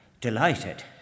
delighted